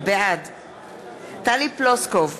בעד טלי פלוסקוב,